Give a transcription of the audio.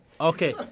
Okay